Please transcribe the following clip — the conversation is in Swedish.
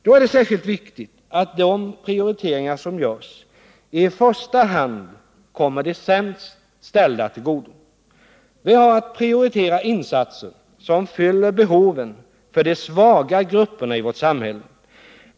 Då är det särskilt viktigt att de prioriteringar som görs i första hand kommer de sämst ställda till godo. Vi har att prioritera insatser som fyller behoven för de svaga grupperna i vårt samhälle.